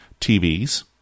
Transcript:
TVs